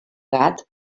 gat